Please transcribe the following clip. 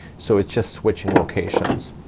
so it's just switching locations.